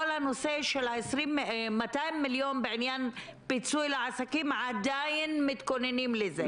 כל הנושא של 200 מיליון בעניין פיצוי לעסקים עדיין מתכוננים לזה.